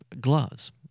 gloves